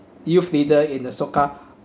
youth leader in the Soka